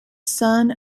son